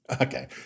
Okay